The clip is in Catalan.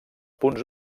punts